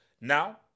Now